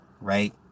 right